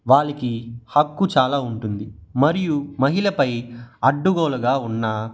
వాళ్ళకి హక్కు చాలా ఉంటుంది మరియు మహిళపై అడ్డుగోలుగా ఉన్న